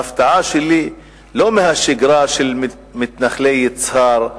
ההפתעה שלי היא לא מהשגרה של מתנחלי יצהר,